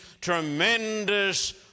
tremendous